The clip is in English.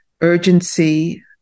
urgency